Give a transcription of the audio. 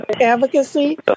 advocacy